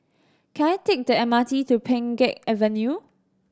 can I take the M R T to Pheng Geck Avenue